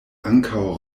ankaŭ